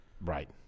Right